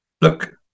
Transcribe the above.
look